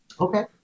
Okay